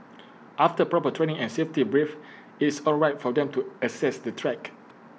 after proper training and safety brief IT is all right for them to access the track